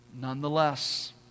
nonetheless